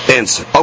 answer